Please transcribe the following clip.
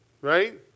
right